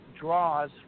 draws